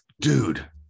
dude